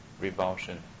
revulsion